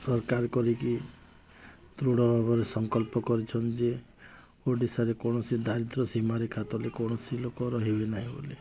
ସରକାର କରିକି ଦୃଢ଼ ଭାବରେ ସଂକଳ୍ପ କରିଛନ୍ତି ଯେ ଓଡ଼ିଶାରେ କୌଣସି ଦାରିଦ୍ର୍ୟ ସୀମାରେଖା ତଳେ କୌଣସି ଲୋକ ରହିବି ନାହିଁ ବୋଲି